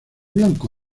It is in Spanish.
blanco